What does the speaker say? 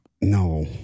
No